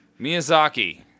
Miyazaki